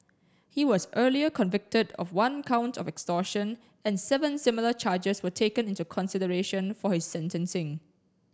he was earlier convicted of one count of extortion and seven similar charges were taken into consideration for his sentencing